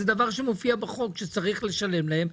זה דבר שמופיע בחוק שצריך לשלם להם.